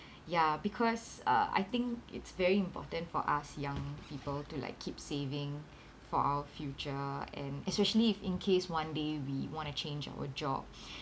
ya because uh I think it's very important for us young people to like keep saving for our future and especially if in case one day we want to change our job